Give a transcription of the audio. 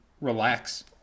relax